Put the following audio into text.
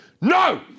no